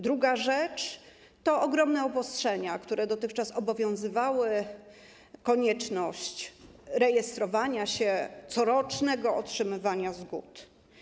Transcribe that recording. Druga rzecz to ogromne obostrzenia, które dotychczas obowiązywały: konieczność rejestrowania się i corocznego otrzymywania zgód.